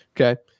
Okay